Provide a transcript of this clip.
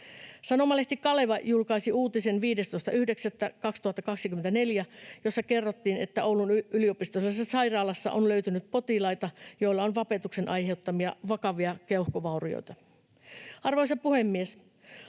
Sanomalehti Kaleva julkaisi uutisen 15.9.2024, jossa kerrottiin, että Oulun yliopistollisessa sairaalassa on löytynyt potilaita, joilla on vapetuksen aiheuttamia vakavia keuhkovaurioita. Arvoisa puhemies!